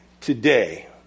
today